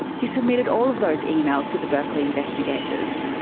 he submitted all of those emails to the berkeley investigators.